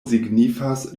signifas